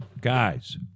guys